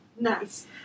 Nice